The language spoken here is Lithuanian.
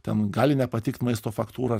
ten gali nepatikt maisto faktūra